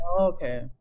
okay